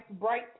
bright